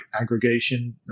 aggregation